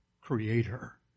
Creator